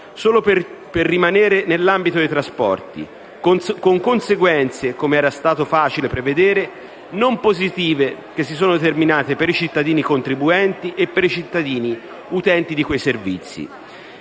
solo per rimanere nell'ambito dei trasporti, con conseguenze, come era stato facile prevedere, non positive che si sono determinate per i cittadini contribuenti e per i cittadini utenti di quei servizi.